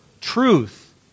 truth